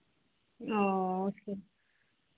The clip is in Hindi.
अओ फिर